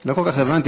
לא כל כך הבנתי.